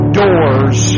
doors